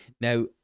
Now